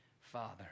Father